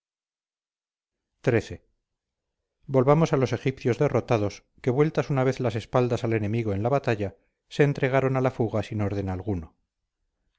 xiii volvamos a los egipcios derrotados que vueltas una vez la espaldas al enemigo en la batalla se entregaron a la fuga sin orden alguno